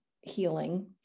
healing